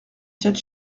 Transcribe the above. quatre